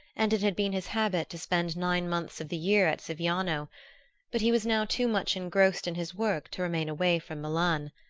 and it had been his habit to spend nine months of the year at siviano but he was now too much engrossed in his work to remain away from milan,